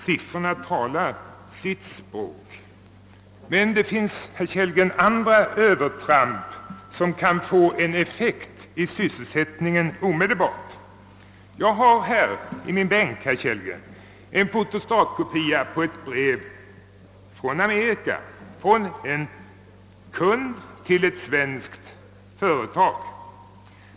Siffrorna talar sitt språk. Men, herr Kellgren, det finns andra övertramp som omedelbart kan få effekt i sysselsättningen. Jag har i min bänk en fotostatkopia av ett brev från Amerika. Det kommer från en kund till ett svenskt företag.